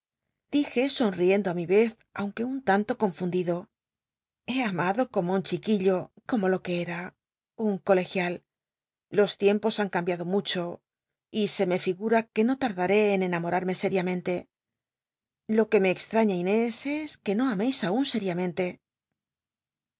dije sonriendo á mi vez aunque un tanto confundido he amado como un chiquillo como lo que ca un colegial los tiempos han cambiado mucho y se me figura que no tardaré en enamorarme seriamente lo que me extraña inés es que no ameis aun sériamente